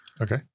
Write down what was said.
Okay